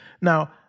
Now